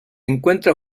encuentra